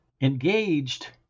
engaged